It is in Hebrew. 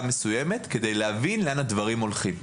מסוימת כדי להבין לאן הדברים הולכים.